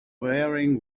wearing